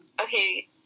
Okay